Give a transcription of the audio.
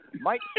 Mike